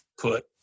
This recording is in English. put